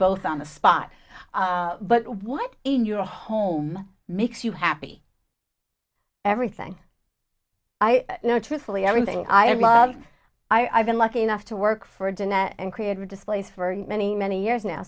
both on the spot but what in your home makes you happy everything i know truthfully everything i love i've been lucky enough to work for a dinner and create a displace for many many years now